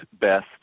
best